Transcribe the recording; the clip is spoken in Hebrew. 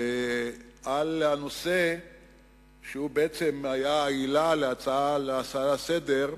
על הנושא שהיה העילה להצעה לסדר-היום,